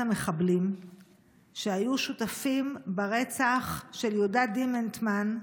המחבלים שהיו שותפים ברצח של יהודה דימנטמן,